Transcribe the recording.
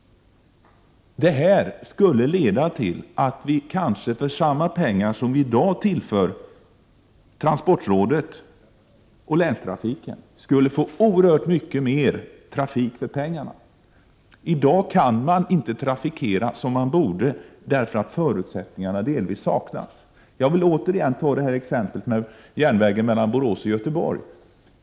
Det skulle kanske också kunna leda till att vi för de pengar som i dag tillförs transportrådet och länstrafiken skulle kunna få oerhört mycket mera transporter. I dag kan man inte trafikera som man borde, eftersom förutsättningarna delvis saknas. Jag vill återigen ta upp exemplet med järnvägen mellan Borås och Göteborg.